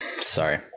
sorry